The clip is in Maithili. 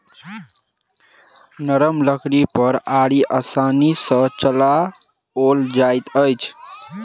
नरम लकड़ी पर आरी आसानी सॅ चलाओल जाइत अछि